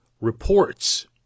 reports